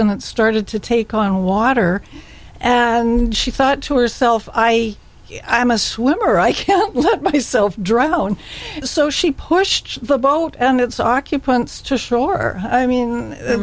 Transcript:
and it started to take on water and she thought to herself i am a swimmer i can't let myself drone so she pushed the boat and its occupants to shore i mean